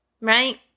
right